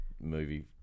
movie